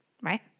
right